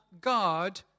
God